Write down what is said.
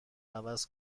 عوض